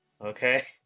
okay